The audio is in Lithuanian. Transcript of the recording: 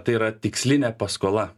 tai yra tikslinė paskola